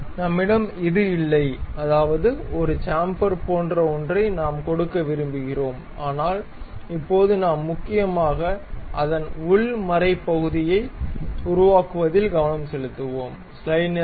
நம்மிடம் இது இல்லை அதாவது ஒரு சாம்ஃபர் போன்ற ஒன்றை நாம் கொடுக்க விரும்புகிறோம் ஆனால் இப்போது நாம் முக்கியமாக அதன் உள் மறை பகுதியை உருவாக்குவதில் கவனம் செலுத்துவோம்